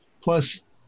Plus